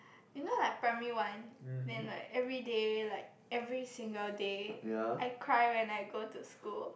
you know like primary one then like everyday like every single day I cried when I go to school